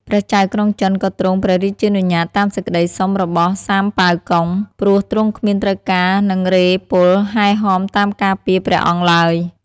ព្រះចៅក្រុងចិនក៏ទ្រង់ព្រះរាជានុញ្ញាតតាមសេចក្ដីសុំរបស់ សាមប៉ាវកុង ព្រោះទ្រង់គ្មានត្រូវការនឹងរេហ៍ពលហែហមតាមការពារព្រះអង្គឡើយ ។